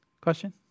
Question